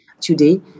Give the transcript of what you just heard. today